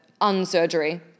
unsurgery